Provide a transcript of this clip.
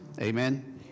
Amen